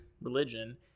religion